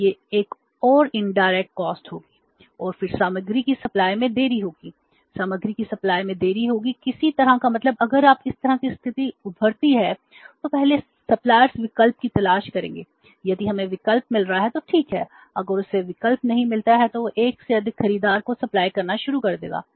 तो यह एक और अप्रत्यक्ष लागत होगी और फिर सामग्री की आपूर्ति करना शुरू कर देगा